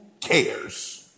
cares